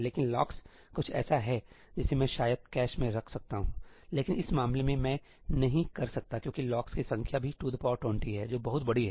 लेकिन लॉक्स कुछ ऐसा है जिसे मैं शायद कैश में रख सकता हूं लेकिन इस मामले में मैं नहीं कर सकता क्योंकि लॉक्स की संख्या भी 220 है जो बहुत बड़ी है